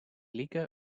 lieke